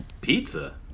Pizza